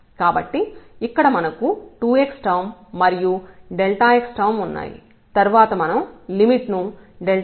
కాబట్టి ఇక్కడ మనకు 2 x టర్మ్ మరియు x టర్మ్ ఉన్నాయి తర్వాత మనం లిమిట్ ను x→0 గా తీసుకుంటాం